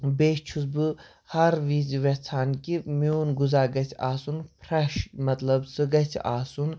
بیٚیہِ چھُس بہٕ ہر وِزِ ویٚژھان کہِ میوٗن غذا گَژھہِ آسُن فرٛیٚش مطلب سُہ گَژھہِ آسُن